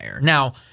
Now